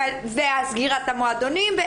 וסגירת המועדונים.